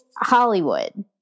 Hollywood